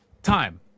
Time